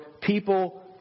people